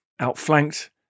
outflanked